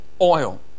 oil